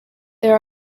there